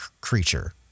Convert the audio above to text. creature